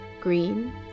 green